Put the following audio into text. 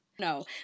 No